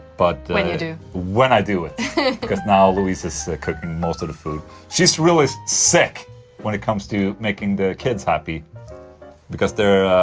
but. when you do when i do it because now louise is cooking most of the food she's really sick when it comes to making the kids happy because they're.